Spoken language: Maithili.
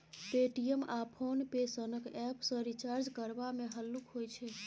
पे.टी.एम आ फोन पे सनक एप्प सँ रिचार्ज करबा मे हल्लुक होइ छै